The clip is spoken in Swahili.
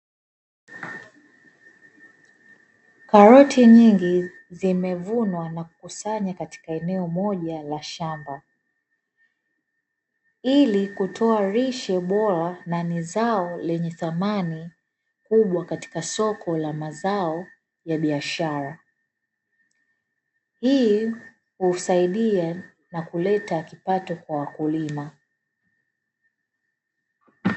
Karoti nyingi zimevunwa na kukusanywa katika eneo moja la shamba. Ili kutoa lishe bora, na ni zao lenye thamani kubwa katika soko la mazao ya biashara. Hii husaidia na kuleta kipato kwa wakulima.